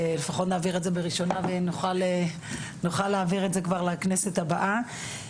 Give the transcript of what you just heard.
לפחות נעביר את זה בראשונה ונוכל להעביר את זה כבר לכנסת הבאה.